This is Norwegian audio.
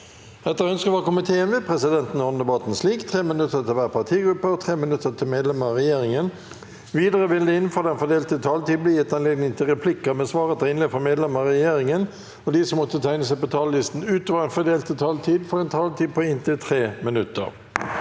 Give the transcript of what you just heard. og miljøkomiteen vil presidenten ordne debatten slik: 3 minutter til hver partigruppe og 3 minutter til medlemmer av regjeringen. Videre vil det – innenfor den fordelte taletid – bli gitt anledning til replikker med svar etter innlegg fra medlemmer av regjeringen, og de som måtte tegne seg på talerlisten utover den fordelte taletid, får også en taletid på inntil 3 minutter.